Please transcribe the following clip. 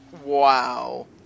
Wow